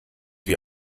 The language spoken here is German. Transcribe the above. wie